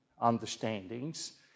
understandings